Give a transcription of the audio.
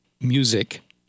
music